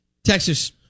Texas